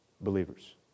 believers